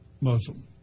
Muslim